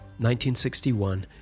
1961